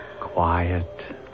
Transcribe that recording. Quiet